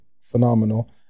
phenomenal